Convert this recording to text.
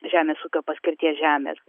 žemės ūkio paskirties žemės